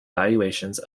valuations